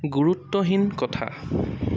গুৰুত্বহীন কথা